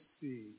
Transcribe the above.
see